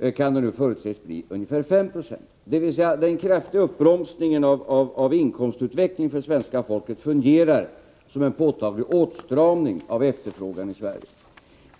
kan stegringen förutses bli ungefär 5 Jo. Detta innebär att den kraftiga uppbromsningen av inkomstutvecklingen för svenska folket fungerar som en påtaglig åtstramning av efterfrågan i Sverige.